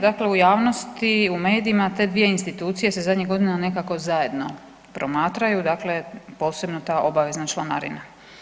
Dakle, u javnosti i u medijima te dvije institucije se zadnjih godina nekako zajedno promatraju, dakle posebno ta obavezna članarina.